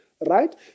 right